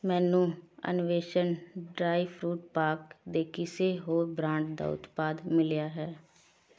ਮੈਨੂੰ Anveshan dry fruit pack ਦੇ ਕਿਸੇ ਹੋਰ ਬ੍ਰਾਂਡ ਦਾ ਉਤਪਾਦ ਮਿਲਿਆ ਹੈ